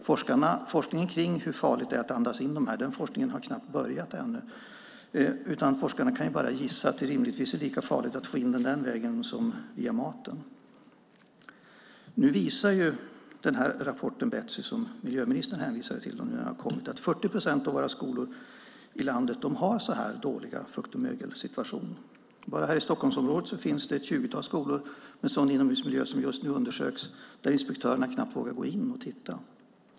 Forskningen om hur farligt det är att andas in detta har knappt börjat ännu. Forskarna kan bara gissa att det rimligtvis är lika farligt att få in det den vägen som via maten. Nu visar rapporten från Betsy som miljöministern hänvisar till att 40 procent av våra skolor i landet har en sådan dålig fukt och mögelsituation. Enbart i Stockholmsområdet finns det ett tjugotal skolor med sådan inomhusmiljö som nu undersöks där inspektörerna knappt vågar gå in och titta.